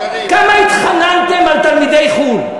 כמה התחננתם על תלמידי חו"ל?